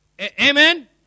Amen